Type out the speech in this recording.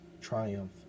triumph